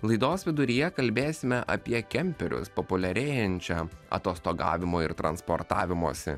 laidos viduryje kalbėsime apie kemperius populiarėjančią atostogavimo ir transportavimosi